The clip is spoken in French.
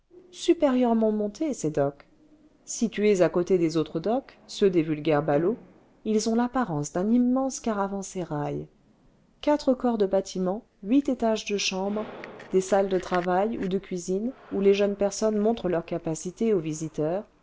supérieurement montés ces docks situés à côté des autres docks ceux des vulgaires ballots ils ont l'apparence d'un immense caravansérail quatre corps de bâtiments huit étages de chambres des salles de travail ou de cuisine où les jeunes personnes montrent leurs capacités aux visiteurs